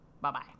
Bye-bye